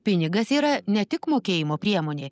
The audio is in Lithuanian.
pinigas yra ne tik mokėjimo priemonė